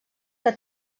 que